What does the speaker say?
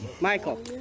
Michael